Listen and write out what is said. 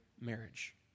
marriage